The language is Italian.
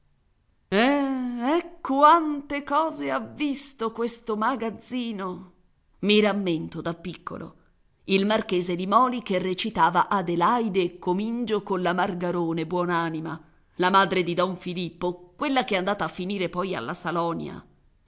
quante cose ha visto questo magazzino i rammento da piccolo il marchese limòli che recitava adelaide e comingio colla margarone buon'anima la madre di don filippo quella ch'è andata a finire poi alla salonia